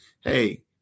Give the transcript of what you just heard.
hey